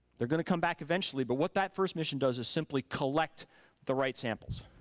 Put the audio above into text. they're gonna come back eventually, but what that first mission does is simply collect the right samples.